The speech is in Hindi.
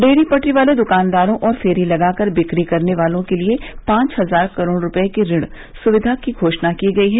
रेहड़ी पटरी वाले द्कानदारों और फेरी लगाकर बिक्री करने वालों के लिए पांच हजार करोड़ रुपये की ऋण सुविधा की घोषणा की गई है